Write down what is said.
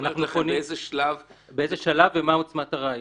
--- שאומרת לכם באיזה שלב --- באיזה שלב ומה עוצמת הראיות.